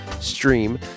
stream